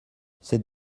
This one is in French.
cette